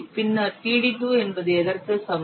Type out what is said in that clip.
பின்னர் td2 என்பது எதற்கு சமம்